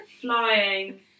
Flying